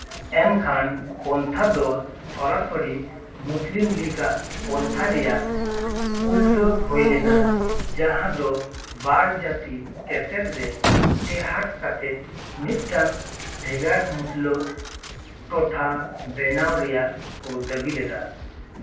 ᱮᱱ ᱠᱷᱟᱱ ᱯᱚᱱᱛᱷᱟ ᱫᱚ ᱥᱚᱨᱟᱥᱚᱨᱤ ᱢᱩᱥᱞᱤᱢ ᱞᱤᱜᱽᱼᱟᱜ ᱯᱟᱱᱛᱷᱟ ᱨᱮᱭᱟᱜ ᱩᱞᱴᱟᱹ ᱦᱩᱭᱞᱮᱱᱟ ᱡᱟᱦᱟᱸ ᱫᱚ ᱵᱟᱨ ᱡᱟᱹᱛᱤ ᱛᱮᱛᱮᱫ ᱨᱮ ᱴᱮᱦᱟᱴ ᱠᱟᱛᱮ ᱢᱤᱫᱴᱟᱝ ᱵᱷᱮᱜᱟᱨ ᱢᱩᱥᱞᱟᱹ ᱴᱚᱴᱷᱟ ᱵᱮᱱᱟᱣ ᱨᱮᱭᱟᱜ ᱠᱚ ᱫᱟᱹᱵᱤ ᱞᱮᱫᱟ